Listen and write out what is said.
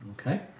Okay